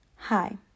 Hi